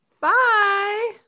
Bye